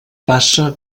passa